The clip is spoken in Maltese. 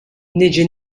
niġi